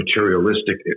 materialistic